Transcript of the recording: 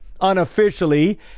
unofficially